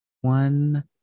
one